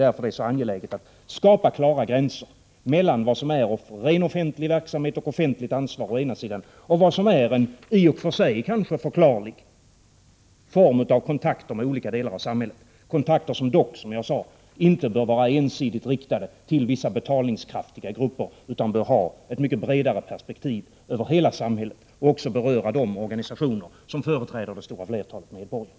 Därför är det angeläget att skapa klara gränser mellan vad som å ena sidan är ren offentlig verksamhet och offentligt ansvar och vad som å andra sidan är en kanske i och för sig förklarlig form av kontakter med olika delar av samhället, kontakter som dock — som jag sade tidigare — inte bör vara ensidigt riktade till vissa betalningskraftiga grupper utan som bör ha ett mycket bredare perspektiv över hela samhället och även beröra de organisationer som företräder det stora flertalet medborgare.